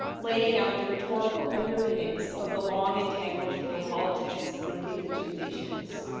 laying out the rhetorical underpinnings of the long and tangled geo politics links the two nations.